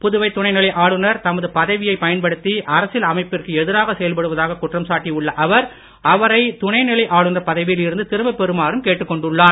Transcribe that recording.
புதுவை துணை நிலை ஆளுநர் தமது பதவியை பயன்படுத்தி அரசியல் அமைப்பிற்கு எதிராக செயல்படுவதாக குற்றம் சாட்டி உள்ள அவர் அவரை துணை நிலை ஆளுநர் பதவியில் இருந்து திரும்ப பெறுமாறு கேட்டுக் கொண்டுள்ளார்